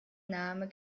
name